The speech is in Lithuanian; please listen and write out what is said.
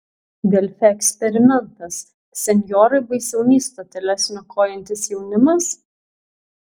delfi eksperimentas senjorai baisiau nei stoteles niokojantis jaunimas